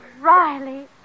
Riley